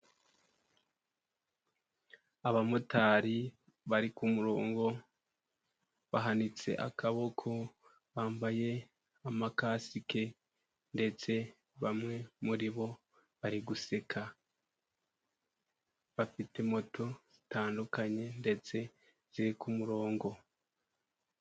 Abamotari bari ku murongo bamanitse akaboko, bambaye amakasike ndetse bamwe muri bo bari guseka bafite moto zitandukanye ndetse ziri ku murongo.